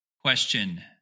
Question